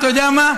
אתה יודע מה?